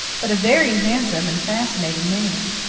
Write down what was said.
but a very handsome and fascinating man.